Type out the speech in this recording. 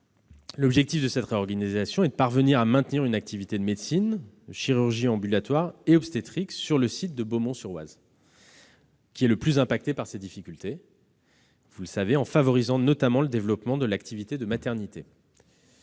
L'objectif de cette réorganisation est de parvenir à maintenir une activité de médecine, chirurgie ambulatoire et obstétrique sur le site de Beaumont-sur-Oise, le plus impacté par ces difficultés, en favorisant notamment le développement de l'activité de maternité.